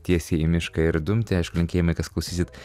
tiesiai į mišką ir dumti aišku linkėjimai kas klausysit